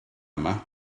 yma